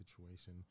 situation